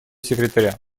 секретаря